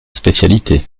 spécialité